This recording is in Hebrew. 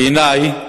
בעיני,